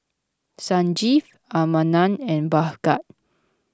Sanjeev Ramanand and Bhagat